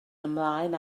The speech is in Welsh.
ymlaen